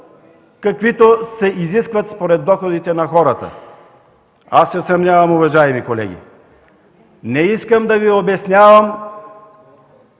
каквито се изискват според доходите на хората? Аз се съмнявам, уважаеми колеги. Не искам да Ви обяснявам